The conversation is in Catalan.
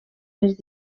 les